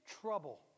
trouble